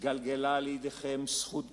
התגלגלה לידיכם זכות גדולה,